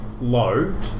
low